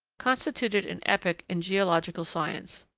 constituted an epoch in geological science.